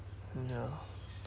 no